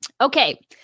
Okay